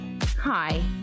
Hi